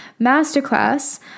masterclass